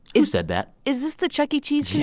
who said that? is this the chuck e. cheese. yes.